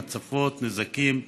הצפות, נזקים,